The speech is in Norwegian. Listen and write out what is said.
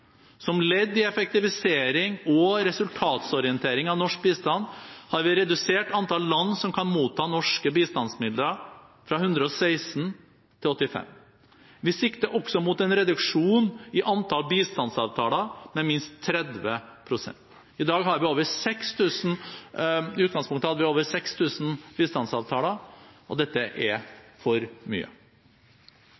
Som ledd i effektivisering og resultatorientering av norsk bistand har vi redusert antall land som kan motta norske bistandsmidler fra 116 til 85, og vi sikter også mot en reduksjon i antall bistandsavtaler med minst 30 pst. I utgangspunktet hadde vi over 6 000 bistandsavtaler, og det var for mye. Det er